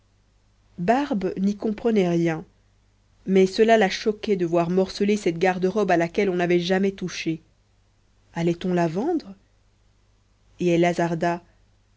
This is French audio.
barbe n'y comprenait rien mais cela la choquait de voir morceler cette garde-robe à laquelle on n'avait jamais touché allait on la vendre et